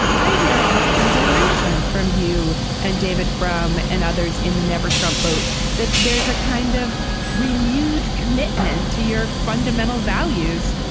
i hear almost exhilaration from you and david frum and others in the never trump boat that there's a kind of renewed commitment to your fundamental values,